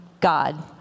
God